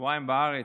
שבועיים בארץ.